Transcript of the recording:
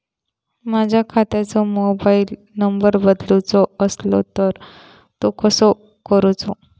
माझ्या खात्याचो mobile number बदलुचो असलो तर तो कसो करूचो?